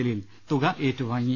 ജലീൽ തുക ഏറ്റുവാങ്ങി